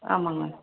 ஆமாம்ங்க